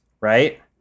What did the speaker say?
right